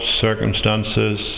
circumstances